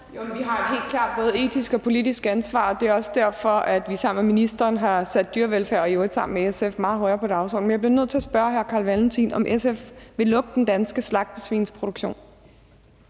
vi har helt klart både politisk og etisk ansvar. Det er også derfor, vi sammen med ministeren og i øvrigt sammen med SF har sat dyrevelfærd meget højere på dagsordenen. Men jeg bliver nødt til at spørge hr. Carl Valentin, om SF vil lukke den danske slagtesvinsproduktion.